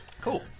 Cool